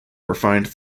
refined